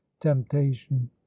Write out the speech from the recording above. temptation